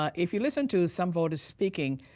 um if you listen to some voters speaking,